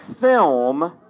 film